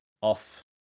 off